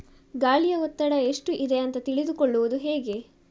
ಗಾಳಿಯ ಒತ್ತಡ ಎಷ್ಟು ಇದೆ ಅಂತ ತಿಳಿದುಕೊಳ್ಳುವುದು ಹೇಗೆ?